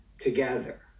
together